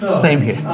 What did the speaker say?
same here.